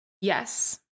Yes